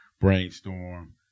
Brainstorm